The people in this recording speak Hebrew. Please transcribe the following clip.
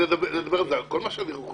אני מתכונן לדבר על זה, אבל כל מה שאני רוצה